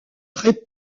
très